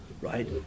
right